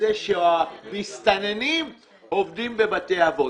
מכך שהמסתננים עובדים בבתי אבות.